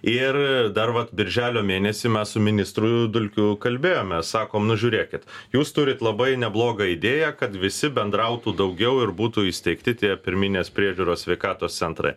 ir dar vat birželio mėnesį mes su ministru dulkiu kalbėjome sakom nu žiūrėkit jūs turit labai neblogą idėją kad visi bendrautų daugiau ir būtų įsteigti tie pirminės priežiūros sveikatos centrai